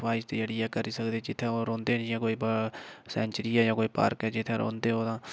इफाजित जेह्ड़ी ऐ करी सकदे जित्थै ओह् रौंह्दे जियां कोई बाह्र सैंचरी ऐ जां कोई पार्क ऐ जित्थें रौंह्दे तां